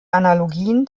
analogien